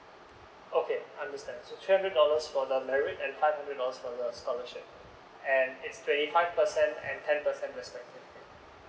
oh okay understand so three hundred dollars for the merit and five hundred dollars for the scholarship and it's twenty five percent and ten percent respectively